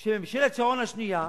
של ממשלת שרון השנייה,